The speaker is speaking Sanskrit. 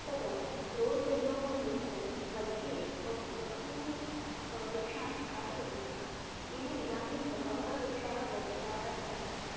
तदा रोड् निर्माणानन्तरं मध्ये बहु बहून् वृक्षान् स्थापितवन्तः येन इदानीं बहवः वृक्षाः वर्धिताः जाताः